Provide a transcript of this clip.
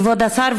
כבוד השר,